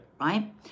right